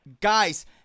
guys